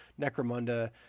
Necromunda